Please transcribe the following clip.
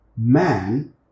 Man